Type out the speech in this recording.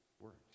works